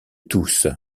tous